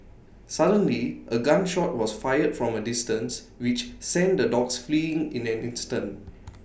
suddenly A gun shot was fired from A distance which sent the dogs fleeing in an instant